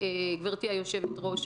גברתי היושבת-ראש,